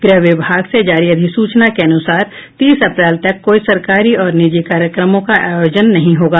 गृह विभाग से जारी अधिसूचना के अनुसार तीस अप्रैल तक कोई सरकारी और निजी कार्यक्रमों का आयोजन नहीं होगा